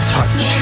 Touch